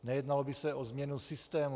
Nejednalo by se o změnu systému.